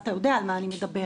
ואתה יודע על מה אני מדברת,